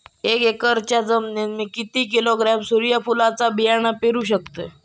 एक एकरच्या जमिनीत मी किती किलोग्रॅम सूर्यफुलचा बियाणा पेरु शकतय?